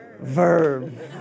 verb